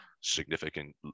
significant